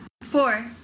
Four